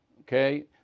okay